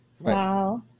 wow